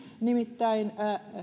nimittäin